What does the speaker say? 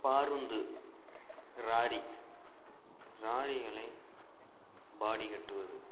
பாருந்து ராரி ராரிகளை பாடி கட்டுவது